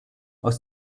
aus